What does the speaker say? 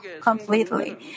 completely